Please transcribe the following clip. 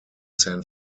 san